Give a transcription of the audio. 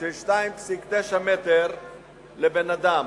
של 2.9 מ"ר לבן-אדם.